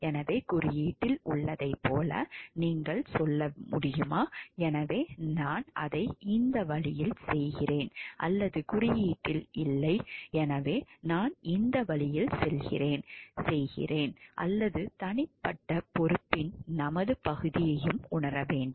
எனவே குறியீட்டில் உள்ளதைப் போல நீங்கள் சொல்ல முடியுமா எனவே நான் அதை இந்த வழியில் செய்கிறேன் அல்லது குறியீட்டில் இல்லை எனவே நான் இந்த வழியில் செய்கிறேன் அல்லது தனிப்பட்ட பொறுப்பின் நமது பகுதியையும் உணர வேண்டும்